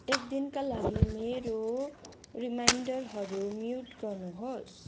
एक दिनका लागि मेरो रिमाइन्डरहरू म्युट गर्नु होस्